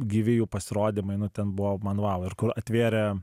gyvi jų pasirodymai nu ten buvo man vau ir kur atvėrė